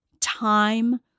time